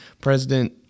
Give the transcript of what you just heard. President